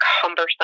cumbersome